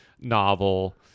novel